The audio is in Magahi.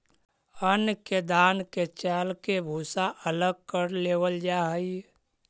अन्न के दान के चालके भूसा अलग कर लेवल जा हइ